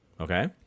Okay